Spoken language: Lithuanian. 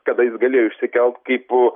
kada jis galėjo išsikelt kaip